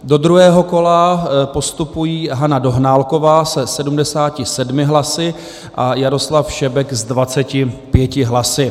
Do druhého kola postupují Hana Dohnálková se 77 hlasy a Jaroslav Šebek s 25 hlasy.